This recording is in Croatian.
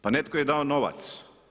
Pa netko je dao novac.